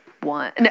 One